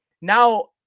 now